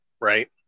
right